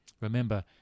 Remember